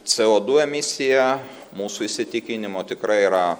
co du emisija mūsų įsitikinimu tikrai yra